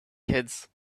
kids